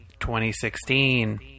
2016